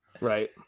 right